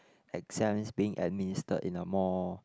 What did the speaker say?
exams being administered in a more